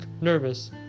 nervous